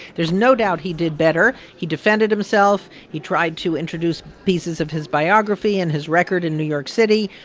there's no doubt he did better. he defended himself. he tried to introduce pieces of his biography and his record in new york city.